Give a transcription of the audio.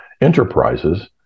enterprises